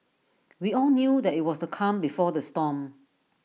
we all knew that IT was the calm before the storm